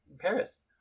Paris